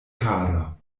kara